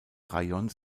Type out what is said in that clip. rajons